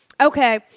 Okay